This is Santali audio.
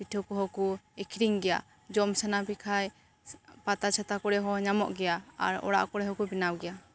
ᱯᱤᱴᱷᱟᱹ ᱠᱚᱦᱚᱸᱠᱚ ᱟᱹᱠᱷᱽᱨᱤᱧ ᱜᱮᱭᱟ ᱡᱚᱢ ᱥᱟᱱᱟ ᱯᱮ ᱠᱷᱟᱱ ᱯᱟᱛᱟ ᱪᱷᱟᱛᱟ ᱠᱚᱨᱮ ᱦᱚᱸ ᱧᱟᱢᱚᱜ ᱜᱮᱭᱟ ᱟᱨ ᱚᱲᱟᱜ ᱠᱚᱨᱮ ᱦᱚᱸᱠᱚ ᱵᱮᱱᱟᱣ ᱜᱮᱭᱟ